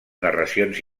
narracions